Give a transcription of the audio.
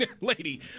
lady